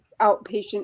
outpatient